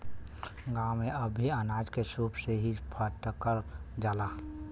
गांव में अब भी अनाज के सूप से ही फटकल जाला